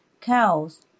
cows